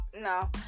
No